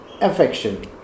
affection